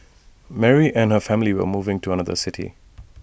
Mary and her family were moving to another city